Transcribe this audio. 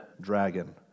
dragon